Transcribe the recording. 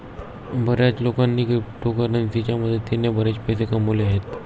बर्याच लोकांनी क्रिप्टोकरन्सीच्या मदतीने बरेच पैसे कमावले आहेत